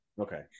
Okay